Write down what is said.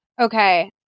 okay